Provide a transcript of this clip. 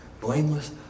blameless